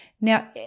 Now